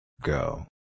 Go